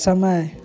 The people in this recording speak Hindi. समय